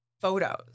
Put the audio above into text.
photos